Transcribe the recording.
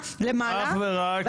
למה אתה מניח שאנחנו לא יודעים?